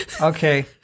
Okay